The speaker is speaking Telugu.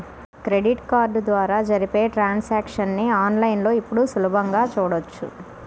క్రెడిట్ కార్డు ద్వారా జరిపే ట్రాన్సాక్షన్స్ ని ఆన్ లైన్ లో ఇప్పుడు సులభంగా చూడొచ్చు